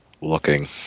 looking